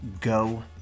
go